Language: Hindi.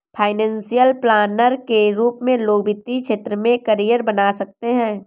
फाइनेंशियल प्लानर के रूप में लोग वित्तीय क्षेत्र में करियर बना सकते हैं